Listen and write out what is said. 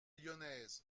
lyonnaise